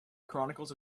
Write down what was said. chronicles